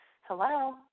hello